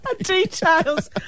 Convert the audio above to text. Details